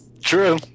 true